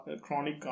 chronic